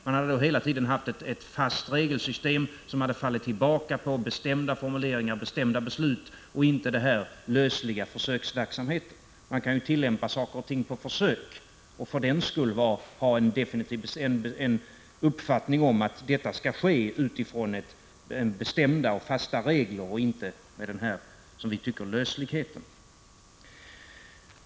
Då hade man hela tiden haft ett fast regelsystem, som fallit tillbaka på bestämda formuleringar och bestämda beslut — inte den här lösliga försöksverksamheten. Man kan ju tillämpa bestämmelser på försök och ändå ha en uppfattning om att detta skall ske utifrån bestämda och fasta regler och inte med den här lösligheten.